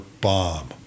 bomb